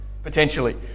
Potentially